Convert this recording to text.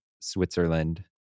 Switzerland